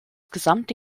gesamte